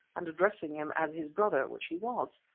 and addressing him as his brother, which he was.